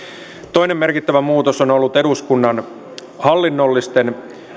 toinen merkittävä muutos on ollut eduskunnan hallinnollisten